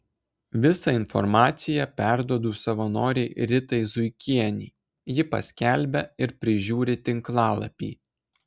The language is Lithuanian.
visą informaciją perduodu savanorei ritai zuikienei ji paskelbia ir prižiūri tinklalapį